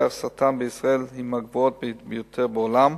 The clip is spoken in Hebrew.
הסרטן בישראל היא מהגבוהות ביותר בעולם,